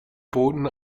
boten